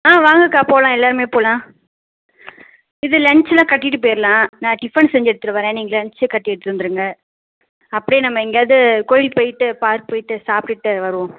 ஆ வாங்கக்கா போகலாம் எல்லாருமே போகலாம் இது லன்ச்சுலாம் கட்டிகிட்டு போயிருலாம் நான் டிஃபன் செய்து எடுத்துகிட்டு வரேன் நீங்கள் லன்ச் கட்டி எடுத்துகிட்டு வந்துருங்கள் அப்படியே நம்ம எங்கேயாவது கோயில் போயிட்டு பார்க் போயிட்டு சாப்பிடுட்டு வருவோம்